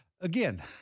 again